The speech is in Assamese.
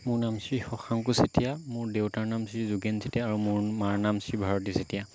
মোৰ নাম শ্ৰী শশাংক চেতিয়া মোৰ দেউতাৰ নাম শ্ৰী যোগেন চেতিয়া আৰু মোৰ মাৰ নাম শ্ৰী ভাৰতী চেতিয়া